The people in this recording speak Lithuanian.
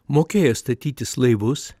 mokėję statytis laivus